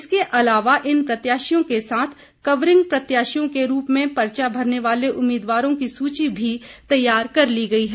इसके अलावा इन प्रत्याशियों के साथ कवरिंग प्रत्याशियों के रूप में पर्चा भरने वाले उम्मीदवारों की सूची भी तैयार कर ली गई है